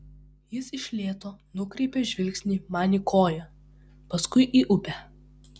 jis iš lėto nukreipia žvilgsnį man į koją paskui į upę